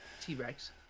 T-Rex